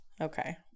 okay